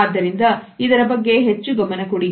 ಆದ್ದರಿಂದ ಇದರ ಬಗ್ಗೆ ಹೆಚ್ಚು ಗಮನ ಕೊಡಿ